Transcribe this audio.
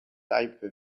type